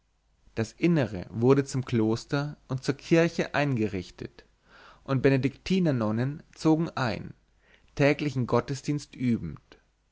das innere wurde zum kloster und zur kirche eingerichtet und benediktiner nonnen zogen ein täglichen gottesdienst übend